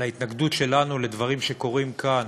על ההתנגדות שלנו לדברים שקורים כאן,